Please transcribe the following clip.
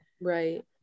right